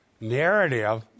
narrative